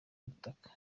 ubutaka